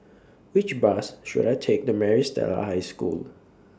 Which Bus should I Take to Maris Stella High School